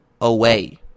away